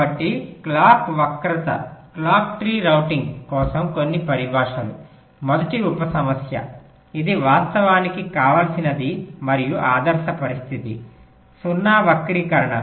కాబట్టి క్లాక్ వక్రత clock tree routing కోసం కొన్ని పరిభాషలు మొదటి ఉప సమస్య ఇది వాస్తవానికి కావాల్సినది మరియు ఆదర్శ పరిస్థితి 0 వక్రీకరణ